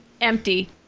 empty